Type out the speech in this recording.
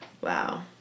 Wow